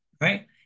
Right